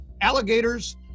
alligators